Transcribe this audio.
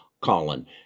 Colin